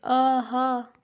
آہا